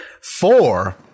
four